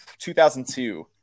2002